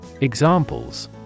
Examples